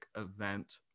event